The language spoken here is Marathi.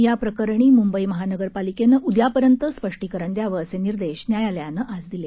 या प्रकरणी मुंबई महानगरपालिकेनं उद्यापर्यंत स्पष्टीकरण द्यावं असे निर्देश न्यायालयानं आज दिले